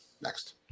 Next